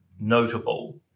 notable